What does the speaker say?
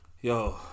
Yo